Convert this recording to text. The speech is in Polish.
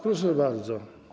Proszę bardzo.